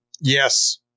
Yes